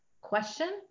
Question